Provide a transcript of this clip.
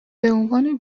بعنوان